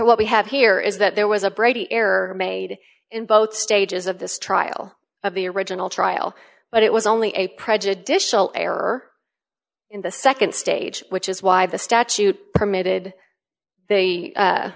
what we have here is that there was a brady error made in both stages of this trial of the original trial but it was only a prejudicial error in the nd stage which is why the statute permitted the